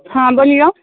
हँ बोलियौ